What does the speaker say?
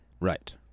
Right